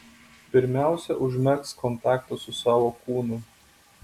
pirmiausia užmegzk kontaktą su savo kūnu